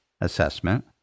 assessment